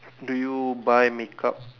do you buy makeup